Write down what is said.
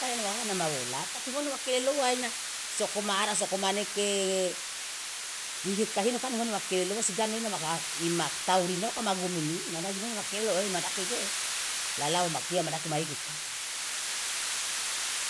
Kan ena waakana ma wola tapi ngon wa kelelo uwa ina so komara so komanege ihika hino kan ngon wa kelelo uwa sigado ena ima taurinoka ma gumini mane aje ngone wa kelelo e madake ge lalawa ma kia ma daku ma igutu.